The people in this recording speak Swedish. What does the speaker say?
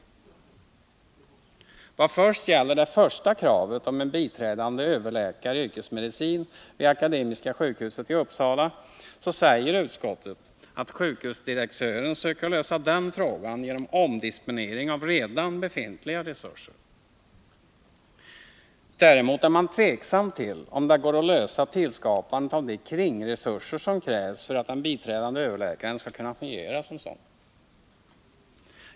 Vad gäller det första kravet — en biträdande överläkare i yrkesmedicin vid Akademiska sjukhuset i Uppsala — säger utskottet att sjukhusdirektören söker lösa den frågan genom omdisponering av redan befintliga resurser. Däremot är man tveksam till om det går att skapa de kringresurser som krävs för att den biträdande överläkaren skall kunna fungera som sådan.